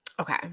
okay